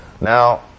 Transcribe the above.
Now